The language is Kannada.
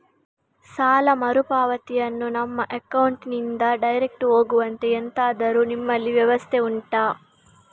ಸಾಲ ಮರುಪಾವತಿಯನ್ನು ನಮ್ಮ ಅಕೌಂಟ್ ನಿಂದಲೇ ಡೈರೆಕ್ಟ್ ಹೋಗುವಂತೆ ಎಂತಾದರು ನಿಮ್ಮಲ್ಲಿ ವ್ಯವಸ್ಥೆ ಉಂಟಾ